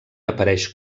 apareix